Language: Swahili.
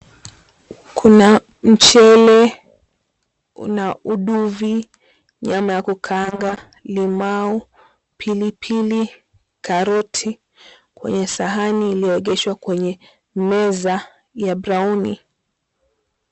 Kuna mchele una uduvi, nyama ya kukaanga, limau, pilipili, karoti kwenye sahani iliyoegeshwa kwenye meza ya brown .